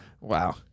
Wow